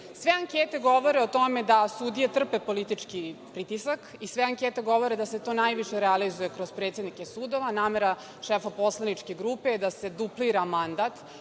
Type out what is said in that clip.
ankete govore o tome da sudije trpe politički pritisak i sve ankete govore da se to najviše realizuje kroz predsednike sudova, a namera šefa poslaničke grupe je da se duplira mandat,